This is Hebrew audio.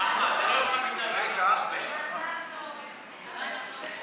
ההצעה להעביר את הצעת חוק